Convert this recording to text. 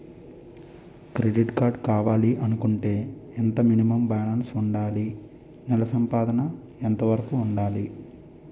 Credit card కావాలి అనుకుంటే ఎంత మినిమం బాలన్స్ వుందాలి? నెల సంపాదన ఎంతవరకు వుండాలి?